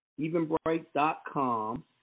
evenbright.com